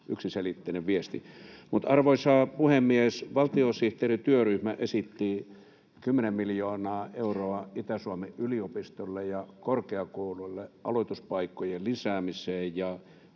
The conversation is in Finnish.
yksiselitteinen viesti. Arvoisa puhemies! Valtiosihteerityöryhmä esitti 10 miljoonaa euroa Itä-Suomen yliopistolle ja korkeakouluille aloituspaikkojen lisäämiseen ja